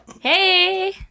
Hey